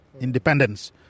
independence